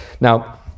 Now